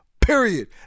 Period